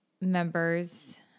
members